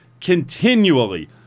continually